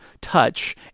touch